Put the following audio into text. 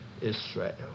Israel